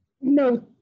no